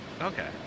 Okay